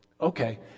Okay